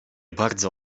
bardzo